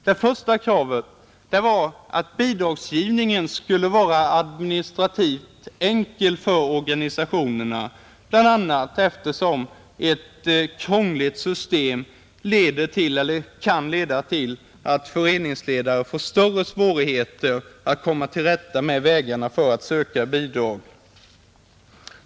Det första kravet var att bidragsgivningen skulle vara administrativt enkel för organisationerna bl, a. därför att ett krångligt system kan leda till att föreningsledare får större svårigheter att komma till rätta med vägarna för att söka bidrag.